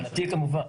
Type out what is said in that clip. גברתי, כמובן.